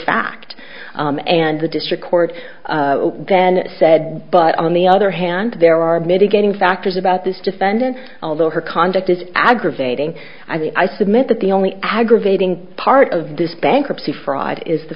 fact and the district court then said but on the other hand there are mitigating factors about this defendant although her conduct is aggravating i submit that the only aggravating part of this bankruptcy fraud is the